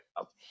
up